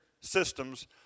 systems